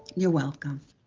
you're welcome.